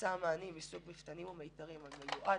היצע המענים מסוג מפתנים ומיתרים המיועד